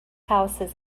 houses